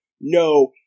no